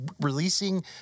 releasing